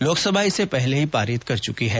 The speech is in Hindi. लोकसमा इसे पहले ही पारित कर चुकी है